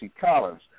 Collins